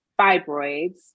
fibroids